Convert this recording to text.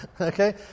Okay